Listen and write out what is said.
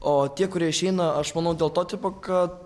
o tie kurie išeina aš manau dėl to tipo kad